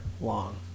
long